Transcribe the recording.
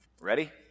Ready